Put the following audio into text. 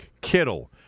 Kittle